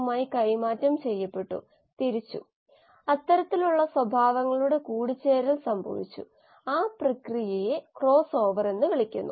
നമുക്ക് ഊർജ്ജം ഉൽപാദിപ്പിക്കുന്ന മറ്റ് മാർഗങ്ങൾ പലതും ഉണ്ടായിരിക്കാം ഊർജ്ജ സ്രോതസ്സ് കാർബൺ ഉറവിടത്തിൽ നിന്ന് വ്യത്യസ്തമായിരിക്കും